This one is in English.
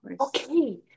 Okay